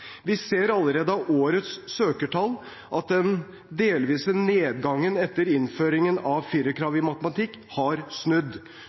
Vi ser allerede av årets søkertall at den delvise nedgangen etter innføringen av firerkravet i matte har snudd.